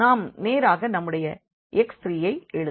நாம் நேராக நம்முடைய x3 ஐ எழுதுவோம்